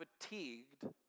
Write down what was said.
fatigued